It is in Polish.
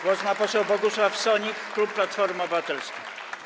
Głos ma poseł Bogusław Sonik, klub Platformy Obywatelskiej.